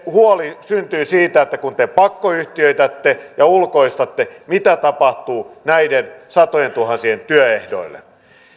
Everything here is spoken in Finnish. huoli syntyy siitä että kun te pakkoyhtiöitätte ja ulkoistatte niin mitä tapahtuu näiden satojentuhansien työehdoille